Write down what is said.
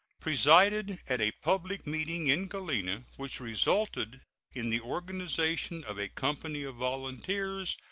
presided at a public meeting in galena, which resulted in the organization of a company of volunteers,